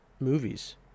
movies